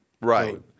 Right